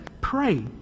pray